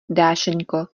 dášeňko